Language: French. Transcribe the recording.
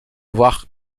voir